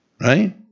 right